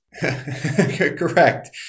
correct